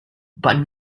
but